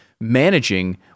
managing